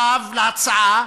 סירב להצעה